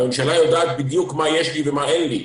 הממשלה יודעת בדיוק מה יש לי ומה אין לי,